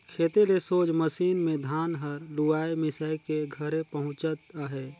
खेते ले सोझ मसीन मे धान हर लुवाए मिसाए के घरे पहुचत अहे